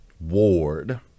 Ward